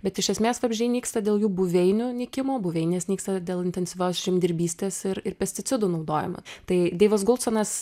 bet iš esmės vabzdžiai nyksta dėl jų buveinių nykimo buveinės nyksta dėl intensyvios žemdirbystės ir ir pesticidų naudojime tai deivas gulconas